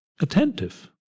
attentive